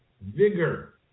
vigor